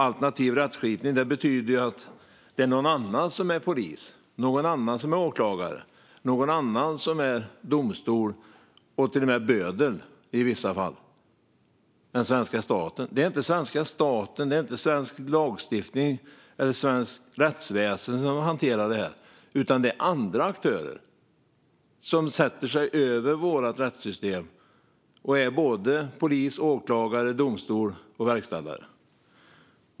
Alternativ rättskipning betyder att det är någon annan än svenska staten som är polis, åklagare, domstol och i vissa fall till och med bödel. Det är inte svenska staten, svensk lagstiftning eller svenskt rättsväsen som hanterar det här, utan det är andra aktörer som sätter sig över vårt rättssystem och är både polis och åklagare, domstol och verkställare.